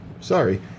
Sorry